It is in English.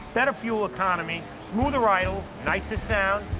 better fuel economy. smoother ride. nicer sound.